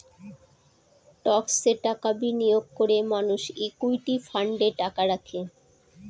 স্টকসে টাকা বিনিয়োগ করে মানুষ ইকুইটি ফান্ডে টাকা রাখে